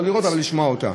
לא לראות אבל לשמוע אותה.